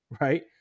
right